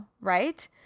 right